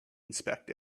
inspect